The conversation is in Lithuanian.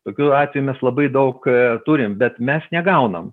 tokiu atveju mes labai daug turim bet mes negaunam